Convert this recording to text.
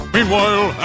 Meanwhile